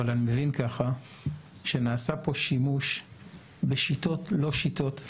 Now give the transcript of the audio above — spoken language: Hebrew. אבל אני מבין שנעשה פה שימוש בשיטות לא שיטות.